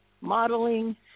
modeling